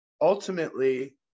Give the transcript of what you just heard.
ultimately